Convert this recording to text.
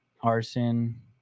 arson